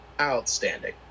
outstanding